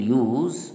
use